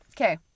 Okay